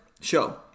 show